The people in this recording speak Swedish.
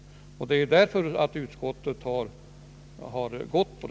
Detta är anledningen till att utskottet gått på denna linje.